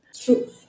True